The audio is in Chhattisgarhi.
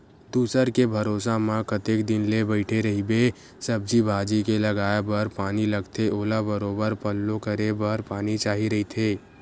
दूसर के भरोसा म कतेक दिन ले बइठे रहिबे, सब्जी भाजी के लगाये बर पानी लगथे ओला बरोबर पल्लो करे बर पानी चाही रहिथे